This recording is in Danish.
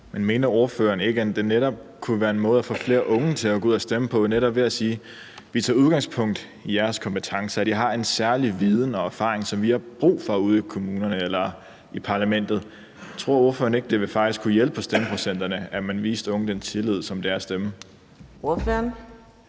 Olsen (SF): Men mener ordføreren ikke, at det kunne være en måde at få flere unge til at gå ud at stemme på netop at sige, at vi tager udgangspunkt i deres kompetencer, og at de har en særlig viden og erfaring, som vi har brug for ude i kommunerne eller i parlamentet? Tror ordføreren ikke, at det faktisk ville kunne hjælpe på stemmeprocenterne, at man viste unge den tillid, som det er at give